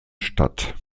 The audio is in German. statt